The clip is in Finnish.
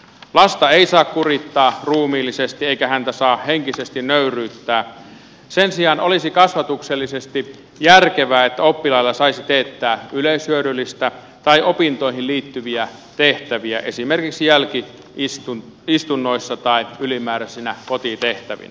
lasta ei saa kurittaa ruumiillisesti eikä häntä saa henkisesti nöyryyttää sen sijaan olisi kasvatuksellisesti järkevää että oppilailla saisi teettää yleishyödyllisiä tai opintoihin liittyviä tehtäviä esimerkiksi jälki istunnoissa tai ylimääräisinä kotitehtävinä